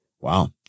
wow